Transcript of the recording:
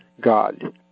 God